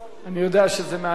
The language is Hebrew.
אני יודע שזה מעניין,